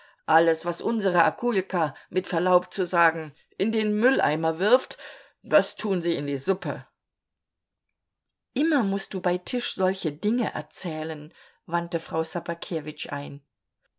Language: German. alles was unsere akuljka mit verlaub zu sagen in den mülleimer wirft das tun sie in die suppe immer mußt du bei tisch solche dinge erzählen wandte frau ssobakewitsch ein